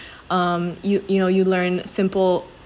um you you know you learn simple